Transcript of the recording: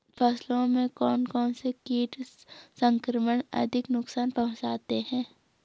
फसलों में कौन कौन से कीट संक्रमण अधिक नुकसान पहुंचाते हैं?